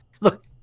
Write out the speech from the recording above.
look